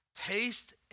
Taste